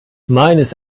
meines